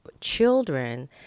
children